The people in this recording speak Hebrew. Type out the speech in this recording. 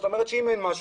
זאת אומרת שאם אין משהו,